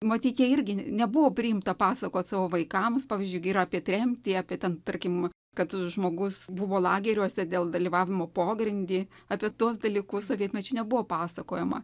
matyt jie irgi nebuvo priimta pasakot savo vaikams pavyzdžiui gi ir apie tremtį apie ten tarkim kad žmogus buvo lageriuose dėl dalyvavimo pogrindy apie tuos dalykus sovietmečiu nebuvo pasakojama